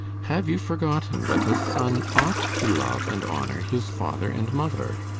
have you forgotten that a son ought to love and honour his father and mother?